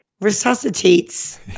resuscitates